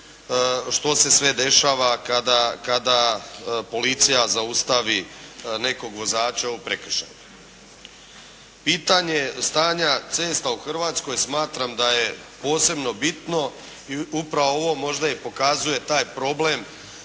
što se sve dešava kada policija zaustavi nekog vozača u prekršaju. Pitanje stanja cesta u Hrvatskoj smatram da je posebno bitno. Upravo ovo možda i pokazuje taj problem